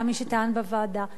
היה מי שטען בוועדה,